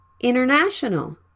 international